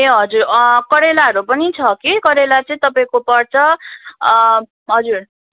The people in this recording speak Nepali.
ए हजुर अँ करेलाहरू पनि छ कि करेला चाहिँ तपाईँको पर्छ हजुर